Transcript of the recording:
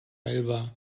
heilbar